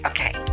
Okay